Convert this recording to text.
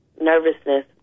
Nervousness